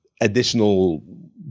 additional